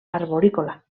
arborícola